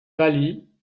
pâlit